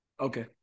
Okay